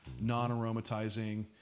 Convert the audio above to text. non-aromatizing